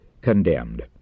condemned